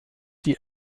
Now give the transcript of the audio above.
die